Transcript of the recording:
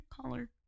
color